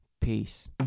Peace